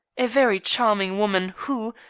a very charming woman, who,